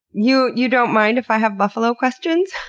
you, you don't mind if i have buffalo questions?